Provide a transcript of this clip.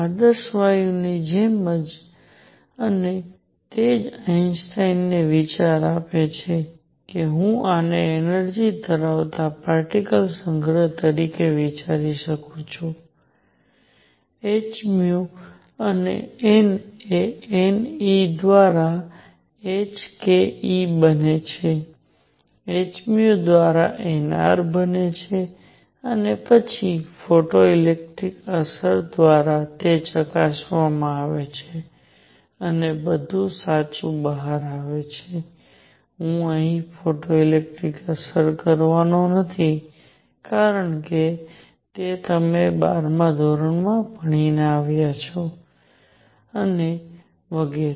આદર્શ વાયુની જેમ જ અને તે જ આઇન્સ્ટાઇનને વિચાર આપે છે કે હું આને એનર્જી ધરાવતા પાર્ટીક્લ્સના સંગ્રહ તરીકે વિચારી શકું છું hν અને n એ n E દ્વારા h k E બને છે h v દ્વારા n R બને છે અને પછી ફોટોઇલેક્ટ્રિક અસર દ્વારા તે ચકાસવામાં આવે છે અને બધું સાચું બહાર આવે છે હું અહીં ફોટોઇલેક્ટ્રિક અસર કરવાનો નથી કારણ કે તમે તમારા 12મા ધોરણમાં ઘણી વાર તેનો અભ્યાસ કર્યો છે અને વગેરે